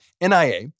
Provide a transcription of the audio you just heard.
NIA